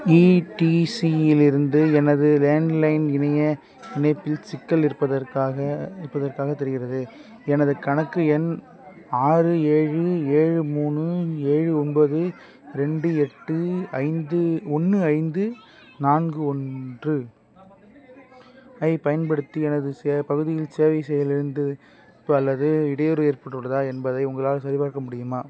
இடிசி இலிருந்து எனது லேண்ட்லைன் இணைய இணைப்பில் சிக்கல் இருப்பதற்காக இருப்பதற்காக தெரிகின்றது எனது கணக்கு எண் ஆறு ஏழு ஏழு மூணு ஏழு ஒன்போது ரெண்டு எட்டு ஐந்து ஒன்று ஐந்து நான்கு ஒன்று ஐப் பயன்படுத்தி எனது சே பகுதியில் சேவை செயலிழந்து அல்லது இடையூறு ஏற்பட்டுள்ளதா என்பதை உங்களால் சரிபார்க்க முடியுமா